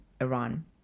Iran